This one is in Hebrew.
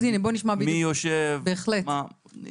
בהחלט.